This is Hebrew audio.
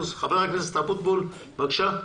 בבקשה.